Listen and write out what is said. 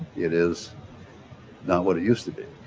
it is not what it used to be,